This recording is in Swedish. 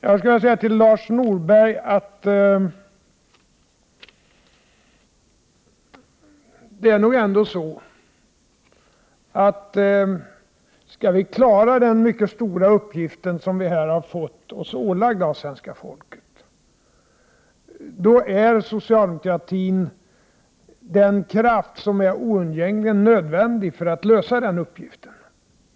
Jag skall säga till Lars Norberg, att skall vi klara den mycket stora uppgift som vi har fått oss ålagd av svenska folket, är socialdemokratin den oundgängligen nödvändiga kraften.